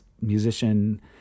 musician